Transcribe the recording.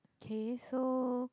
okay so